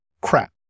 crap